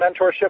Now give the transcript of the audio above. mentorship